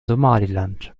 somaliland